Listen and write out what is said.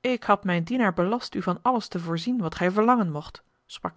ik had mijn dienaar belast u van alles te voorzien wat gij verlangen mocht sprak